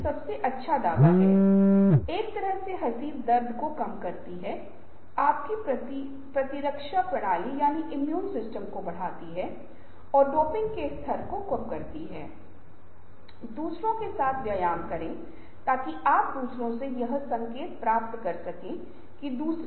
समूह के सदस्य कंप्यूटर पर स्क्रीन पर प्रतिक्रियाएं दर्ज करने या टाइप करने के लिए व्यक्तिगत कंप्यूटर का उपयोग करते हैं या तो सभी एक साथ या एक से अधिक समय तक इसका उपयोग कर सकते हैं